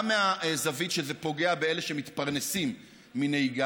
גם מהזווית שזה פוגע באלה שמתפרנסים מנהיגה.